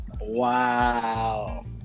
Wow